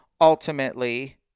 ultimately